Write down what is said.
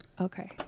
Okay